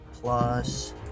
plus